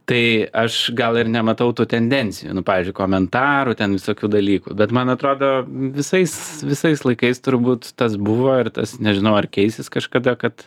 tai aš gal ir nematau tų tendencijų pavyzdžiui komentarų ten visokių dalykų bet man atrodo visais visais laikais turbūt tas buvo ir tas nežinau ar keisis kažkada kad